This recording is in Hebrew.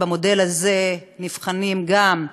ובמודל הזה נבחנים גם,